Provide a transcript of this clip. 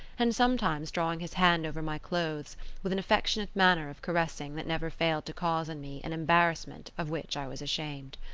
and sometimes drawing his hand over my clothes with an affectionate manner of caressing that never failed to cause in me an embarrassment of which i was ashamed.